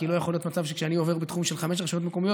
כי לא יכול להיות מצב שכשאני עובר בתחום של חמש רשויות מקומיות,